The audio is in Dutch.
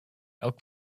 elk